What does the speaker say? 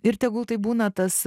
ir tegul tai būna tas